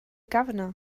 governor